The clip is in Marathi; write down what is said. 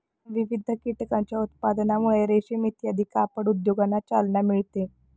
विविध कीटकांच्या उत्पादनामुळे रेशीम इत्यादी कापड उद्योगांना चालना मिळते